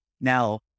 Now